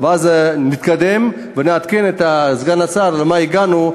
ואז נתקדם ונעדכן את סגן השר למה הגענו,